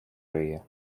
риє